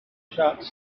shots